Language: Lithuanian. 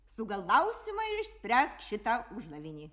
sugaldausimai ir išspręsk šitą uždavinį